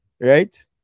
Right